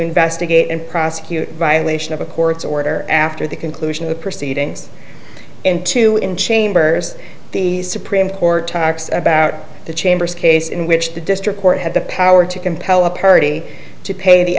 investigate and prosecute violation of a court's order after the conclusion of the proceedings and two in chambers the supreme court talks about the chambers case in which the district court had the power to compel a party to pay the